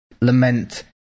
lament